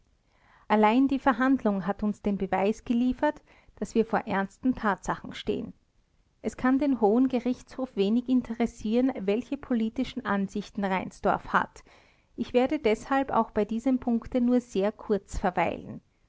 allein die verhandlung hat uns den beweis geliefert daß wir vor ernsten tatsachen stehen es kann den hohen gerichtshof wenig interessieren welche politischen ansichten reinsdorf hat ich werde deshalb auch bei diesem punkte nur sehr kurz verweilen